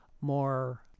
more